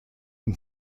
and